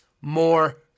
more